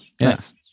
Yes